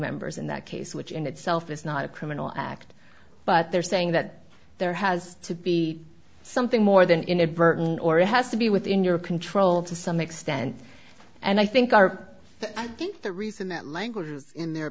members in that case which in itself is not a criminal act but they're saying that there has to be something more than inadvertent or it has to be within your control to some extent and i think our i think the reason that language is in there